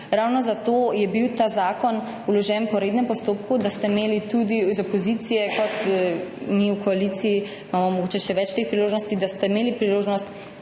Ravno zato je bil ta zakon vložen po rednem postopku, da ste imeli tudi vi iz opozicije, tako kot mi v koaliciji, ki imamo mogoče še več teh priložnosti, priložnost